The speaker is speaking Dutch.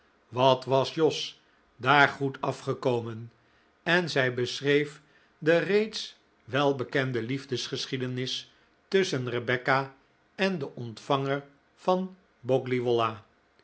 wat was jos daar goed afgekomen en zij beschreef de reeds welbekende liefdesgeschiedenis tusschen rebecca en den ontvanger van boggley wollah